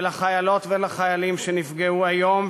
ולחיילות ולחיילים שנפגעו היום.